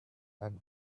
and